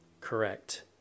Correct